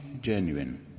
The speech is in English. genuine